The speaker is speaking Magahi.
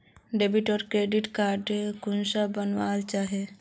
डेबिट आर क्रेडिट कार्ड कुंसम बनाल जाहा?